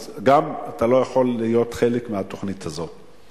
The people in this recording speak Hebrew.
אז גם אתה לא יכול להיות חלק מהתוכנית הזאת.